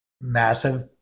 massive